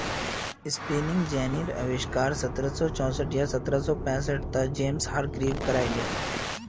spinning जेनीर अविष्कार सत्रह सौ चौसठ या सत्रह सौ पैंसठ त जेम्स हारग्रीव्स करायले